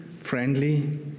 friendly